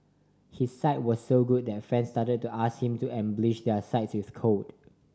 his site was so good that friends started to ask him to embellish their sites with code